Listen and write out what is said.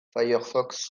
firefox